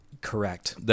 Correct